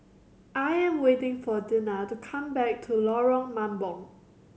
I am waiting for Dena to come back to Lorong Mambong